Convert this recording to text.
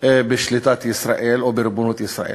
בשליטת ישראל או בריבונות ישראל,